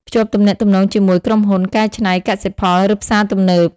ភ្ជាប់ទំនាក់ទំនងជាមួយក្រុមហ៊ុនកែច្នៃកសិផលឬផ្សារទំនើប។